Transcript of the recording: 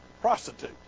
prostitute